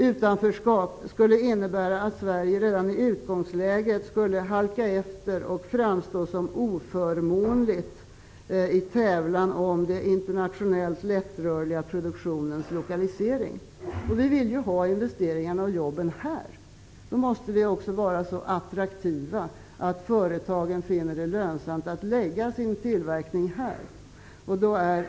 Utanförskap skulle innebära att Sverige redan i utgångsläget skulle halka efter och framstå som ett oförmånligt alternativ i tävlan om den internationellt lättrörliga produktionens lokalisering. Vi vill ju ha investeringarna och jobben här. Då måste Sverige också vara så attraktivt att företagen finner det lönsamt att förlägga sin tillverkning här.